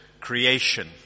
creation